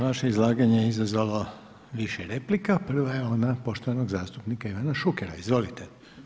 Vaše je izlaganje je izazvalo više replika, prva je ona poštovanog zastupnika Ivana Šukera, izvolite.